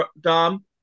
Dom